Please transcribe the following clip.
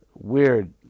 Weird